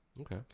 Okay